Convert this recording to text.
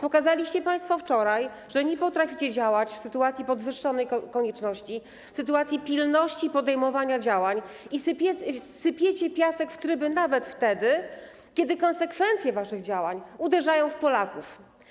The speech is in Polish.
Pokazaliście państwo wczoraj, że nie potraficie działać w sytuacji podwyższonej konieczności, w sytuacji pilności podejmowania działań i sypiecie piasek w tryby nawet wtedy, kiedy konsekwencje waszych działań uderzają w Polaków.